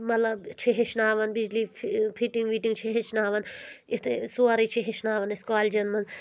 مطلب چھِ ہیٚچھناوان بِجلی فِٹِنٛگ وِٹِنٛگ چھِ ہیٚچھناوَان یِتھے سورُے چھِ ہیٚچھناوان أسۍ کالجن منٛز